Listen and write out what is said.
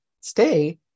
stay